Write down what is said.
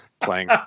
playing